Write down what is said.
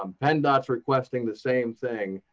um penndot's requesting the same thing,